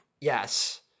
Yes